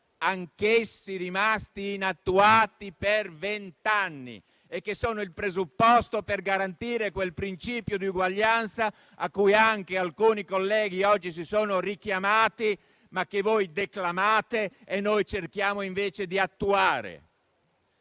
anch'essi rimasti inattuati per vent'anni e che sono il presupposto per garantire quel principio di uguaglianza a cui anche alcuni colleghi oggi si sono richiamati, ma che voi declamate e noi cerchiamo invece di attuare.